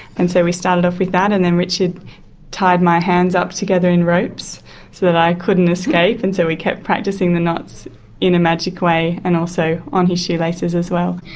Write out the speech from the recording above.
and so we started off with that. and then richard tied my hands up together in ropes so that i couldn't escape, and so we kept practising the knots in a magic away and also on his shoelaces as well.